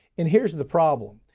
and here's the problem.